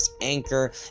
Anchor